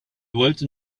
wollte